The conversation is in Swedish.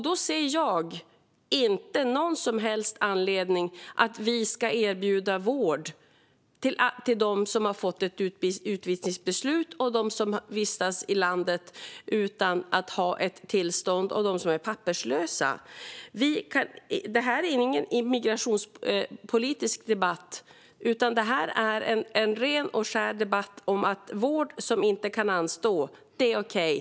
Då ser jag ingen som helst anledning till att vi ska erbjuda vård till dem som har fått ett utvisningsbeslut, till dem som vistas i landet utan att ha ett tillstånd och till dem som är papperslösa. Detta är ingen migrationspolitisk debatt, utan detta är en ren och skär debatt om att vård som inte kan anstå är okej.